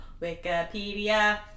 Wikipedia